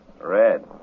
Red